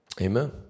Amen